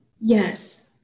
Yes